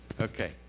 Okay